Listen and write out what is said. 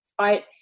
right